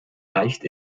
reicht